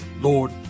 Lord